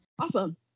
Awesome